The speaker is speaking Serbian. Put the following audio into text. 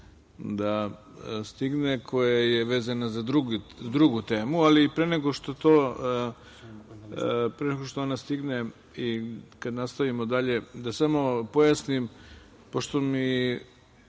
da stigne koja je vezana za drugu temu, ali pre nego što ona stigne i kada nastavimo dalje, da samo pojasnim, pošto mi